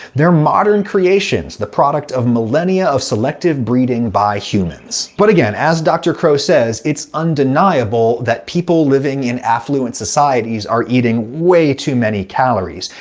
they're modern creations the product of millennia of selective breeding by humans. but again, as dr. crowe says, it's undeniable that people living in affluent societies are eating way too many calories,